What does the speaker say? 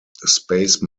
space